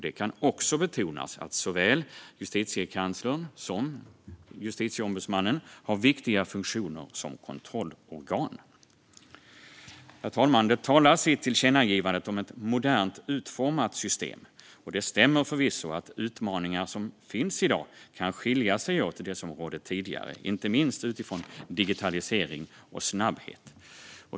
Det kan också betonas att såväl justitiekanslern som justitieombudsmannen har viktiga funktioner som kontrollorgan. Herr talman! Det talas i tillkännagivandet om ett modernt utformat system. Det stämmer förvisso att utmaningar som finns i dag kan skilja sig från vad som rådde tidigare, inte minst utifrån digitalisering och snabbhet.